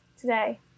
today